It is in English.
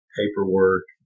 paperwork